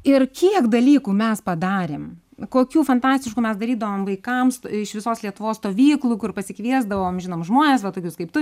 ir kiek dalykų mes padarėm kokių fantastiškų mes darydavom vaikams iš visos lietuvos stovyklų kur pasikviesdavom žinomus žmones va tokius kaip tu